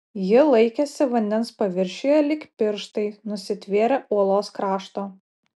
ji laikėsi vandens paviršiuje lyg pirštai nusitvėrę uolos krašto